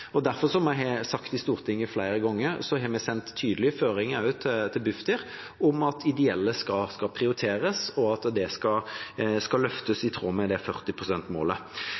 Derfor har vi, som jeg har sagt i Stortinget flere ganger, sendt tydelige føringer til Bufdir om at ideelle skal prioriteres, og at de skal løftes i tråd med 40-prosentmålet. Som representanten helt sikkert også er godt kjent med, inngår vi rammeavtaler. Det